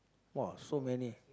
!wah! so many